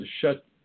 shut